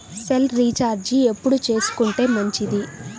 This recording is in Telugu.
సెల్ రీఛార్జి ఎప్పుడు చేసుకొంటే మంచిది?